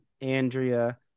Andrea